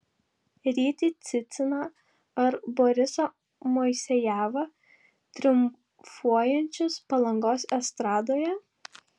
rytį ciciną ar borisą moisejevą triumfuojančius palangos estradoje